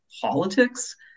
politics